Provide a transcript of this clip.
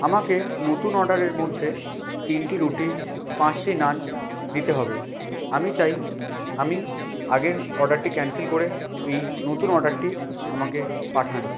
আমাকে নতুন অর্ডারের মধ্যে তিনটি রুটি পাঁচটি নান দিতে হবে আমি চাই আমি আগের অর্ডারটি ক্যানসেল করে এই নতুন অর্ডারটি আমাকে পাঠান